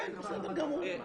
בסדר גמור.